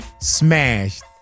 smashed